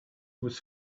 was